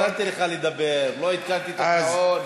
נתתי לך לדבר, לא התחלתי את השעון.